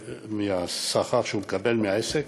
מהשכר שהוא מקבל מהעסק,